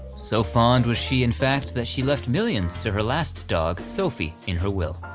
so fond was she in fact that she left millions to her last dog, sophie, in her will.